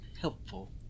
helpful